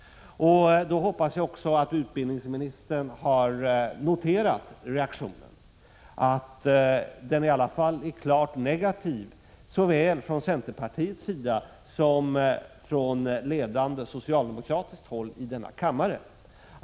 Jag hoppas också att utbildningsministern då har noterat reaktionen — att den i alla fall är klart negativ såväl från centerpartiets sida som från ledande socialdemokratiskt håll i denna kammare.